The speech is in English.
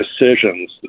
decisions